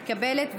מתקבלת,